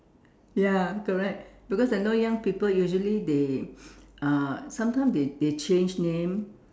ya correct because I know young people usually they uh sometimes they they change name